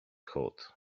hot